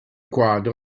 quadro